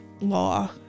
law